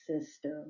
system